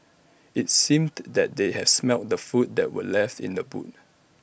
IT seemed that they had smelt the food that were left in the boot